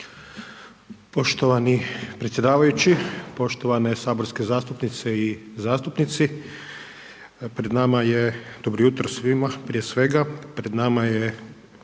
Poštovani predsjedavajući, poštovane saborske zastupnice i zastupnici. Pred nama je, dobro jutro svima, prije svega.